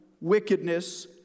wickedness